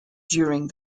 during